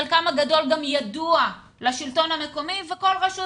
חלקם הגדול גם ידוע לשלטון המקומי וכל רשות